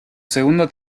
segundo